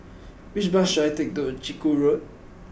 which bus should I take to Chiku Road